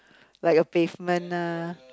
like a pavement lah